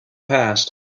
past